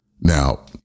Now